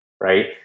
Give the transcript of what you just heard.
right